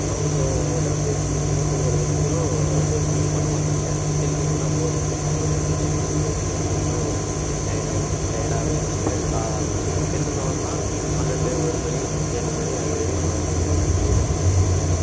அவங்க உடல் பயிற்சி கூட செய்கிறதுக்கு கூடோ எக்ஸசைஸ் கூடோ பண்ண மாட்டுறாங்க செல்லு இருந்தால் போதும்ட்டு காலைல எழுந்து கிளம்பி போயிறாங்க அதனால தான் ஒரு டயர்டன்ஸ் டயர்டாவே இருக்காங்க கா செல்லு நோண்டுனா பன்னெண்டு ஒரு மணி ரெண்டு மணி அது வரையும் வ செல்லு நோண்டிக்கிட்டு ஜாலியாக இருப்பாங்க